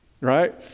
Right